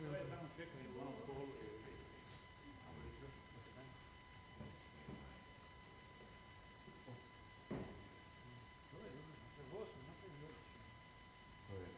Hvala